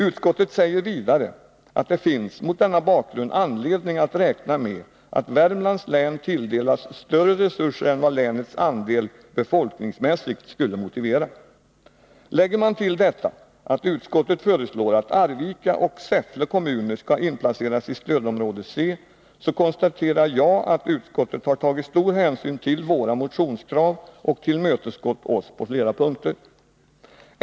Utskottet säger vidare att det mot denna bakgrund finns anledning att räkna med att Värmlands län tilldelas större resurser än vad länets andel befolkningsmässigt sett skulle motivera. Lägger man till detta att utskottet föreslår att Arvika och Säffle kommuner skall inplaceras i stödområde C konstaterar jag att utskottet har tagit stor hänsyn till våra motionskrav och tillmötesgått oss på flera punkter.